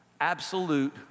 absolute